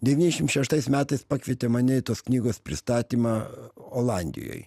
devyniasdešimt šeštais metais pakvietė mane į tos knygos pristatymą olandijoj